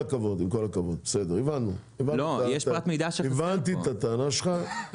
הבנתי את הטענה שלך.